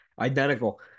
identical